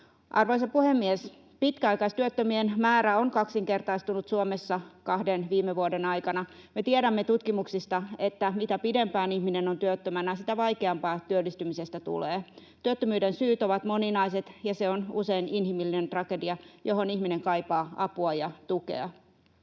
Arvoisa puhemies! Pitkäaikaistyöttömien määrä on kaksinkertaistunut Suomessa kahden viime vuoden aikana. Me tiedämme tutkimuksista, että mitä pidempään ihminen on työttömänä, sitä vaikeampaa työllistymisestä tulee. Työttömyyden syyt ovat moninaiset, ja se on usein inhimillinen tragedia, johon ihminen kaipaa apua ja tukea.